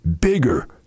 bigger